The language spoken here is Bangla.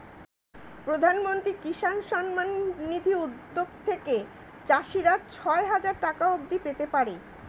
প্রধানমন্ত্রী কিষান সম্মান নিধি উদ্যোগ থেকে চাষিরা ছয় হাজার টাকা অবধি পেতে পারে